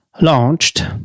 launched